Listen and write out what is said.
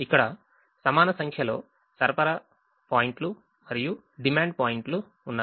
ఇక్కడ సమాన సంఖ్యలో సరఫరా పాయింట్లు మరియు డిమాండ్ పాయింట్లు ఉన్నాయి